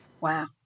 Wow